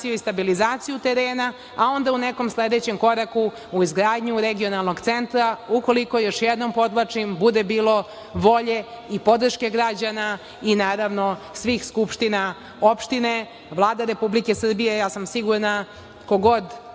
i stabilizaciju terena, a onda u nekom sledećem koraku u izgradnju regionalnog centra, ukoliko, još jednom podvlačim, bude bilo volje i podrške građana i naravno svih skupština opština. Vlada Republike Srbije, ja sam sigurna, ko god